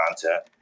content